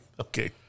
Okay